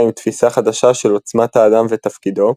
עם תפיסה חדשה של עוצמת האדם ותפקידו,